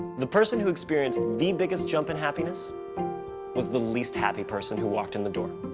the person who experienced the biggest jump in happiness was the least happy person who walked in the door.